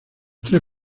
tres